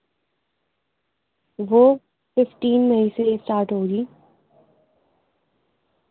وہ ففٹین میں ہی سے اسٹارٹ ہوگی